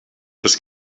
das